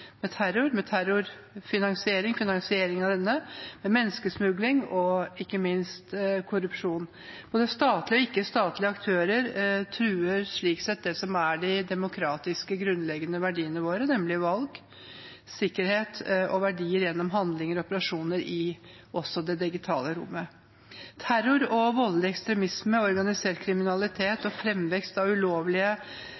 Med terror og finansiering av denne, menneskesmugling og ikke minst korrupsjon truer slik sett både statlige og ikke-statlige aktører de demokratiske grunnleggende verdiene våre – valg og sikkerhet – gjennom handlinger og operasjoner, også i det digitale rommet. Terror, voldelig ekstremisme, organisert kriminalitet